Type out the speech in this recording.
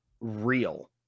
real